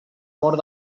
mort